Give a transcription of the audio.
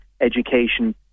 Education